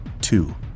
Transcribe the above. Two